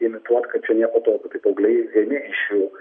imituot kad čia nieko tokio tai paaugliai ėmė iš jų